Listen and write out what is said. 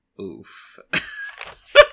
oof